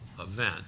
event